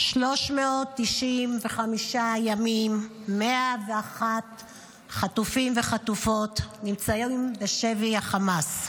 395 ימים 101 חטופים וחטופות נמצאים בשבי החמאס.